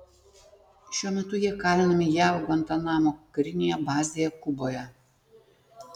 šiuo metu jie kalinami jav gvantanamo karinėje bazėje kuboje